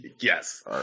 Yes